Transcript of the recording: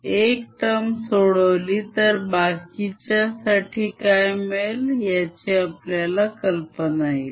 एक term सोडवली तर बाकीच्या साठी काय मिळेल याची आपल्याला कल्पना येईल